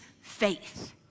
faith